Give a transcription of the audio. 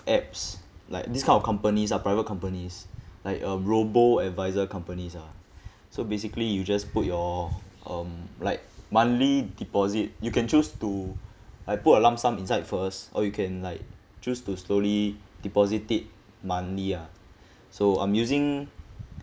apps like this kind of companies ah private companies like a robo adviser companies ah so basically you just put your um like monthly deposit you can choose to like put a lump sum inside first or you can like choose to slowly deposit it monthly ah so I'm using